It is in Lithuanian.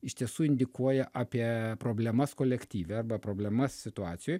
iš tiesų indikuoja apie problemas kolektyve arba problemas situacijoj